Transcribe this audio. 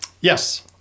Yes